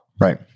Right